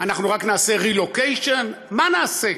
אנחנו רק נעשה relocation, מה נעשה?